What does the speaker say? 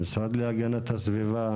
המשרד להגנת הסביבה